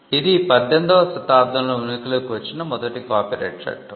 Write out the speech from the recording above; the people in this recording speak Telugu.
ఇది 18 వ శతాబ్దంలో ఉనికిలోకి వచ్చిన మొదటి కాపీరైట్ చట్టం